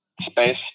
space